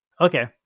okay